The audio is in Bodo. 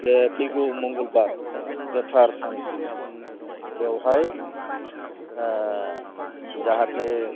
बे फैगौ मंगलबार गोथार सान बेवहाय ओ जाहाथे